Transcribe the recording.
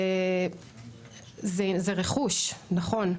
זה רכוש, נכון,